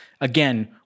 Again